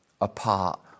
apart